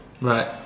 Right